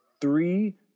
three